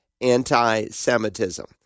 anti-Semitism